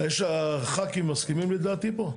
הח"כים מסכימים לדעתי פה?